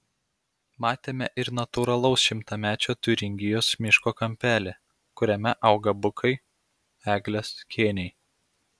matėme ir natūralaus šimtamečio tiuringijos miško kampelį kuriame auga bukai eglės kėniai